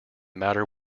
matter